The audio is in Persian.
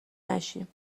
نشیم